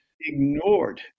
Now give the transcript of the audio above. ignored